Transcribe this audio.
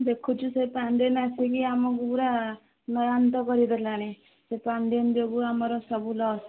ଦେଖୁଛୁ ସେ ପାଣ୍ଡିଆନ ଆସିକି ଆମକୁ ପୁରା ନୟାନ୍ତ କରିଦେଲାଣି ସେ ପାଣ୍ଡିଆନ ଯୋଗୁଁ ଆମର ସବୁ ଲସ୍